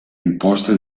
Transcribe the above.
imposte